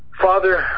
Father